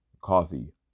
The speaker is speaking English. coffee